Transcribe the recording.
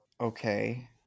okay